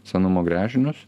senumo gręžinius